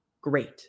great